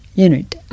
unit